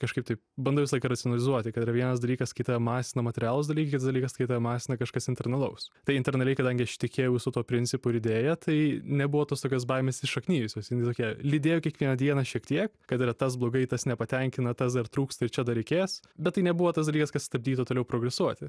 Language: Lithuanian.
kažkaip taip bandai visą laiką racionalizuoti kad yra vienas dalykas kai tave masina materialūs dalykai kitas dalykas kai tave masina kažkas internalaus tai internaliai kadangi aš tikėjau visu tuo principu ir idėja tai nebuvo tos tokios baimės įsišaknijusios jinai tokia lydėjo kiekvieną dieną šiek tiek kad yra tas blogai tas nepatenkina tas dar trūksta ir čia dar reikės bet tai nebuvo tas dalykas kas stabdytų toliau progresuoti